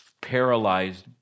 paralyzed